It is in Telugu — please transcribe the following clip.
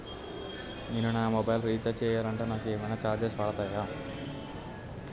నేను నా మొబైల్ రీఛార్జ్ చేయాలంటే నాకు ఏమైనా చార్జెస్ పడతాయా?